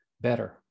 better